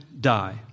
die